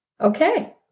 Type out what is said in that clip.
Okay